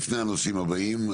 לפני הנושאים הבאים.